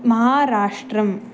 महाराष्ट्रम्